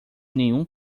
nenhum